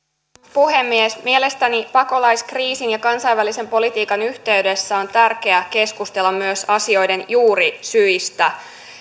puhemies mielestäni pakolaiskriisin ja kansainvälisen politiikan yhteydessä on tärkeää keskustella myös asioiden juurisyistä